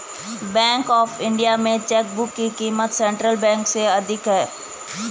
bank of India में chequebook की क़ीमत सेंट्रल बैंक से अधिक है